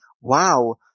wow